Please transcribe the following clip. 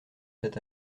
cet